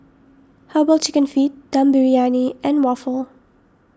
Herbal Chicken Feet Dum Briyani and Waffle